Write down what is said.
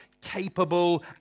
capable